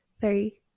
three